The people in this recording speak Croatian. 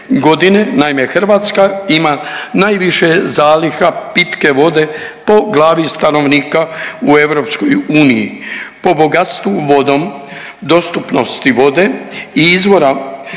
Hrvatska ima najviše zaliha pitke vode po glavi stanovnika u EU,